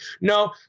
No